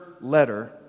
letter